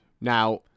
Now